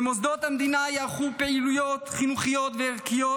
במוסדות המדינה יערכו פעילויות חינוכיות וערכיות,